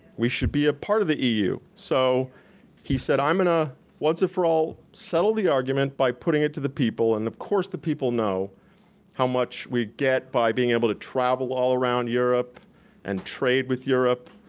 we should be a part of the eu, so he said i'm gonna once and for all settle the argument by putting it to the people, and of course the people know how much we get by being able to travel all around europe and trade with europe,